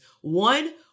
One